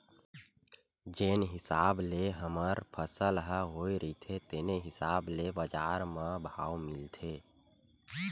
जेन हिसाब ले हमर फसल ह होए रहिथे तेने हिसाब ले बजार म भाव मिलथे